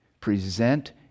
present